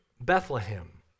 Bethlehem